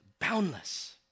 boundless